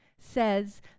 says